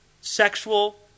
sexual